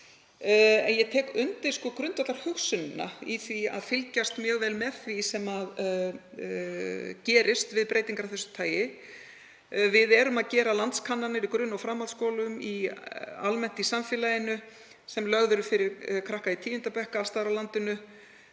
Ég tek undir grundvallarhugsunina í því að fylgjast mjög vel með því sem gerist við breytingar af þessu tagi. Við erum að gera landskannanir í grunn- og framhaldsskólum almennt í samfélaginu sem lagðar eru fyrir krakka í 10. bekk alls staðar á landinu.